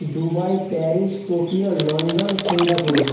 Dubai Paris Tokyo London Singapore